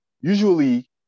usually